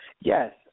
Yes